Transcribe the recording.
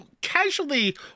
casually